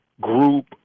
group